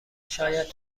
شاید